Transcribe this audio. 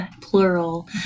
plural